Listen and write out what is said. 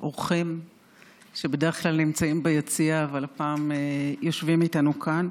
אורחים שבדרך כלל נמצאים ביציע אבל הפעם יושבים איתנו כאן,